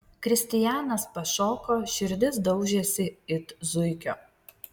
kristijanas pašoko širdis daužėsi it zuikio